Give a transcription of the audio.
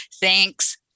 thanks